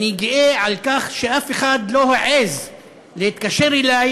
אני גאה על כך שאף אחד לא העז להתקשר אליי